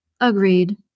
Agreed